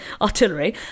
artillery